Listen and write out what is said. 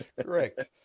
Correct